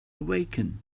awaken